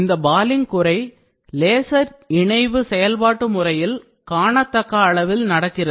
இந்த பாலிங் குறை லேசர் இணைவு செயல்பாட்டு முறையில் காணத்தக்க அளவில் நடக்கிறது